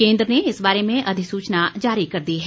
केंद्र ने इस बारे में अधिसूचना जारी कर दी है